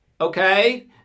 Okay